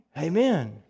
Amen